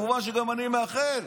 גם אני מאחל,